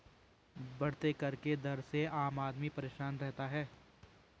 बढ़ते कर के दर से आम आदमी परेशान रहता है